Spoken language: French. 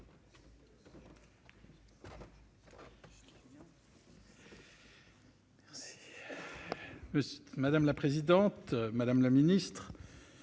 Madame la présidente, madame la ministre,